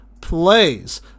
plays